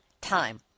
time